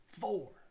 four